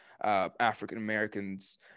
African-Americans